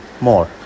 more